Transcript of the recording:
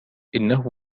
إنه